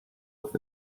auf